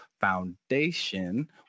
Foundation